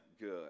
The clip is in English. good